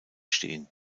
stehen